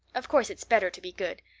of course it's better to be good.